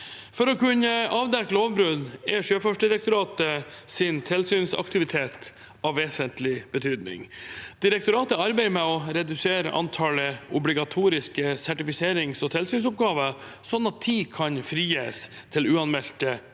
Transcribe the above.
For å kunne avdekke lovbrudd er Sjøfartsdirektoratets tilsynsaktivitet av vesentlig betydning. Direktoratet arbeider med å redusere antallet obligatoriske sertifiserings- og tilsynsoppgaver, slik at tid kan frigis til uanmeldte